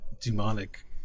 demonic